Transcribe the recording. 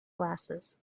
glasses